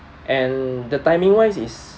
and the timing-wise is